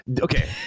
Okay